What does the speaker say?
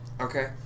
Okay